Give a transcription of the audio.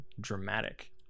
dramatic